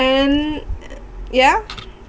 then ya